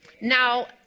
Now